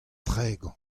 tregont